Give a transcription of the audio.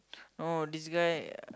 no this guy